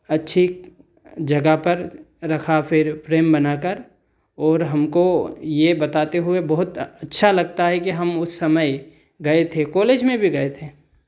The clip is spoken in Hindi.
अच्छी जगह पर रखा फ़िर फ्रेम बनाकर और हमको यह बताते हुए बहुत अच्छा लगता है कि हम उस समय गए थे कॉलेज में भी गए थे